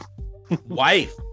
Wife